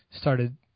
Started